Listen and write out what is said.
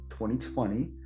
2020